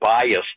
biased